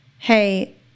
Hey